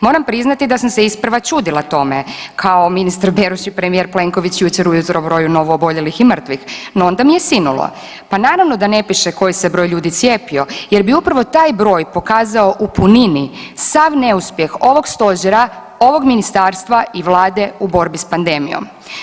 Moram priznati da sam se isprva čudila toma, kao ministar Beroš i premijer Plenković jučer ujutro broju novooboljelih i mrtvih, no onda mi je sinulo, pa naravno da ne piše koji se broj ljudi cijepio jer bi upravo taj broj pokazao u punini sav neuspjeh ovog stožera, ovog ministarstva i Vlade u borbi s pandemijom.